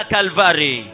Calvary